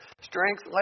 strength